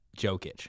Jokic